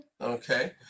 Okay